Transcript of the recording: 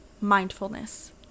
mindfulness